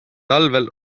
talvel